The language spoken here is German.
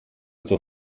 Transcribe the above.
zur